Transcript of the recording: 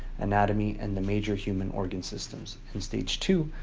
anatomy, and the major human organ systems. in stage two,